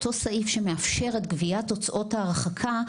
אותו סעיף שמאפשר את גביית הוצאות ההרחקה,